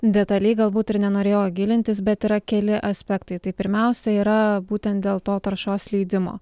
detaliai galbūt ir nenorėjo gilintis bet yra keli aspektai tai pirmiausia yra būtent dėl to taršos leidimo